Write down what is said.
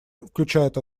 включают